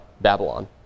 Babylon